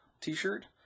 t-shirt